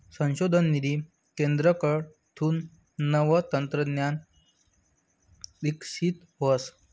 संशोधन निधी केंद्रकडथून नवं तंत्रज्ञान इकशीत व्हस